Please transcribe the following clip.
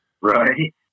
Right